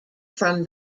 from